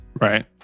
right